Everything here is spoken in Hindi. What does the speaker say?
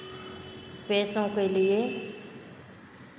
पैसों के लिए